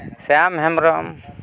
ᱥᱮᱢ ᱦᱮᱢᱵᱨᱚᱢ